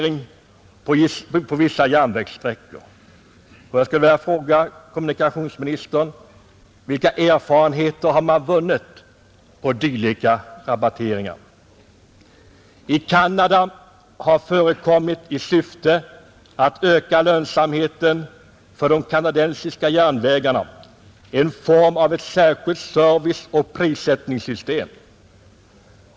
I Canada har, i syfte att öka lönsamheten för de kanadensiska järnvägarna, förekommit ett särskilt serviceoch prissättningssystem.